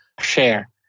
share